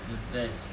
the best eh